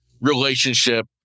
relationship